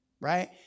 Right